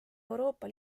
euroopa